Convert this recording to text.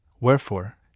wherefore